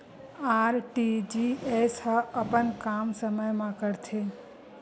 RTGS ह अपन काम समय मा करथे?